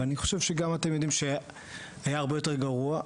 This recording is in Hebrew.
אבל אני חושב שגם אתם יודעים שהיה הרבה יותר גרוע.